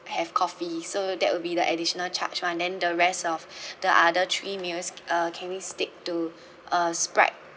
have coffee so that will be the additional charge [one] then the rest of the other three meals uh can we stick to uh sprite